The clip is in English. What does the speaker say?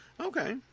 Okay